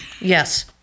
Yes